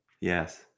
yes